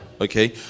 okay